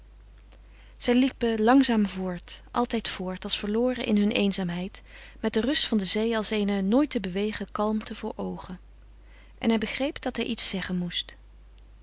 zij liepen langzaam voort altijd voort als verloren in hun eenzaamheid met de rust van de zee als eene nooit te bewegen kalmte voor oogen en hij begreep dat hij iets zeggen moest